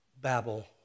Babel